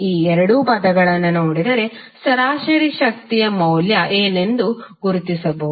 ಈ ಎರಡು ಪದಗಳನ್ನು ನೋಡಿದರೆ ಸರಾಸರಿ ಶಕ್ತಿಯ ಮೌಲ್ಯ ಏನೆಂದು ಗುರುತಿಸಬಹುದು